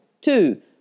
Two